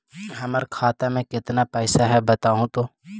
हमर खाता में केतना पैसा है बतहू तो?